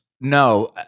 no